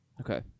Okay